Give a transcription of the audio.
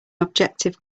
objective